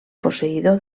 posseïdor